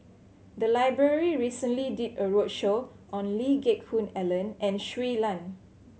the library recently did a roadshow on Lee Geck Hoon Ellen and Shui Lan